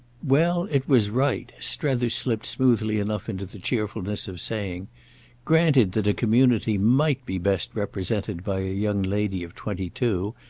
well, it was right, strether slipped smoothly enough into the cheerfulness of saying granted that a community might be best represented by a young lady of twenty-two,